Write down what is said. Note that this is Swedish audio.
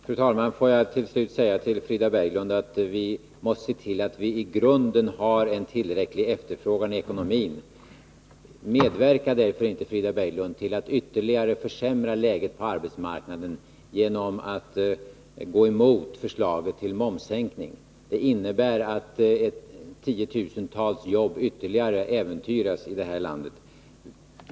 Fru talman! Låt mig till sist till Frida Berglund säga att det grundläggande är att vi måste se till att vi har en tillräcklig efterfrågan i ekonomin. Medverka därför inte, Frida Berglund, till att ytterligare försämra läget på arbetsmarknaden genom att gå emot förslaget till momssänkning! Det innebär att tiotusentals jobb ytterligare här i landet äventyras.